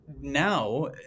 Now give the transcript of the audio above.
Now